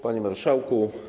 Panie Marszałku!